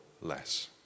less